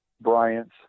Bryant's